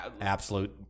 Absolute